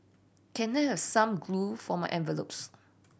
can I have some glue for my envelopes